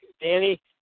Danny